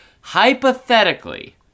hypothetically –